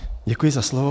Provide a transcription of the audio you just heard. Děkuji za slovo.